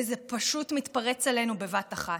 וזה פשוט מתפרץ עלינו בבת אחת.